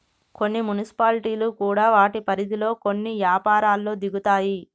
కొన్ని మున్సిపాలిటీలు కూడా వాటి పరిధిలో కొన్ని యపారాల్లో దిగుతాయి